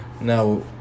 Now